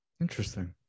Interesting